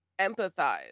empathize